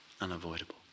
unavoidable